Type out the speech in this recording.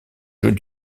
jeux